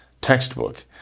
textbook